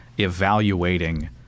evaluating